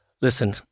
Listen